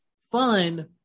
fun